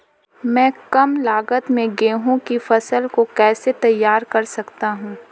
मैं कम लागत में गेहूँ की फसल को कैसे तैयार कर सकता हूँ?